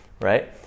right